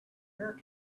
your